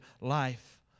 life